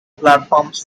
platforms